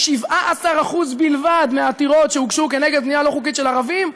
ב-17% בלבד מהעתירות שהוגשו כנגד בנייה לא חוקית של ערבים,